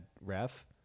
ref